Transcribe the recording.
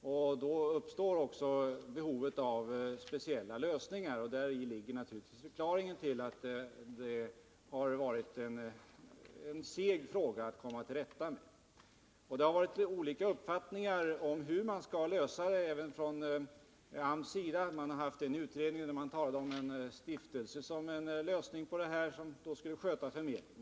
Därför uppstår behovet av speciella lösningar, och däri ligger naturligtvis förklaringen till att det har varit en seg fråga att komma till rätta med. Det har som sagt redovisats olika uppfattningar om hur man skall lösa detta. I en utredning som AMS har gjort talar man om en lösning som skulle gå ut på att man bildar en stiftelse som skulle kunna sköta förmedlingen.